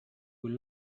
will